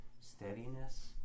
steadiness